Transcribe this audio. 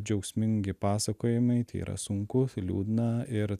džiaugsmingi pasakojimai tai yra sunku liūdna ir